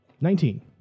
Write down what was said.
Nineteen